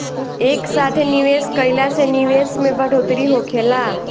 एक साथे निवेश कईला से निवेश में बढ़ोतरी होखेला